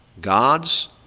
God's